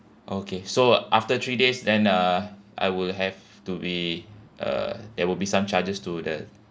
okay so after three days then uh I will have to be uh there will be some charges to the